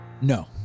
No